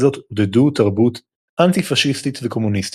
זאת עודדו תרבות "אנטי-פשיסטית" וקומוניסטית.